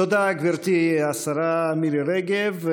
תודה, גברתי השרה מירי רגב.